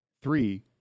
Three